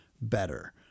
better